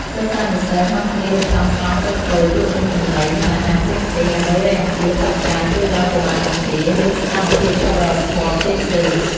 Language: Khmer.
សិស្សានុសិស្សនាំគ្នារៀបចំស្តង់តូចៗលក់នំចំណី និងអាហារផ្សេងៗ ដើម្បីរៃអង្គាសថវិកាជួយដល់កុមារកំព្រា ឬសកម្មភាពសប្បុរសធម៌ផ្សេងៗ។